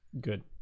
Good